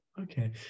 okay